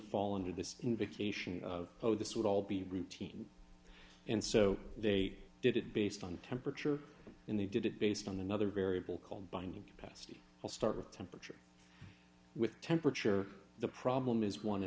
fall under this invocation of oh this would all be routine and so they did it based on temperature in they did it based on another variable called binding capacity we'll start with temperature with temperature the problem is one